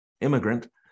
immigrant